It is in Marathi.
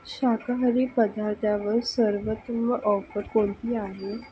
शाकाहारी पदार्थावर सर्वोत्तम ऑफर कोणती आहे